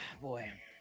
boy